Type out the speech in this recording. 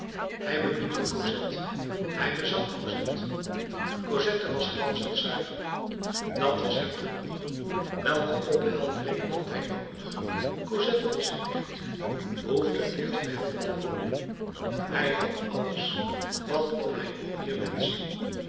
hij beminde cosette hij bezat cosette cosette was glanzend zuiver dat was hem genoeg welke ophelderingen had hij noodig cosette was een licht behoeft het licht verhelderd te worden hij had alles wat kon hij nog meer wenschen